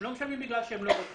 הם לא משלמים לא בגלל שהם לא רוצים.